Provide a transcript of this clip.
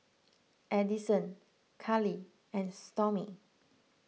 Edison Kali and Stormy